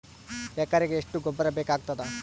ಎಕರೆಗ ಎಷ್ಟು ಗೊಬ್ಬರ ಬೇಕಾಗತಾದ?